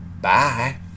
Bye